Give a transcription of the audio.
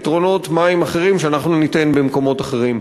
פתרונות מים אחרים שאנחנו ניתן במקומות אחרים.